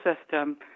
system